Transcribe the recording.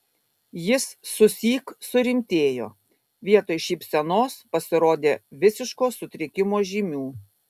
jis susyk surimtėjo vietoj šypsenos pasirodė visiško sutrikimo žymių